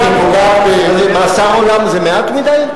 בוודאי, כי היא פוגעת, מאסר עולם זה מעט מדי?